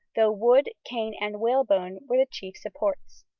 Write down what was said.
though wood, cane, and whalebone were the chief supports.